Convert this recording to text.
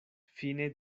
fine